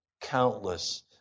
countless